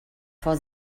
vor